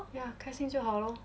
yeah 开心就好 lor